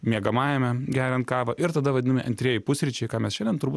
miegamajame geriant kavą ir tada vadinami antrieji pusryčiai ką mes šiandien turbūt